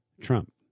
Trump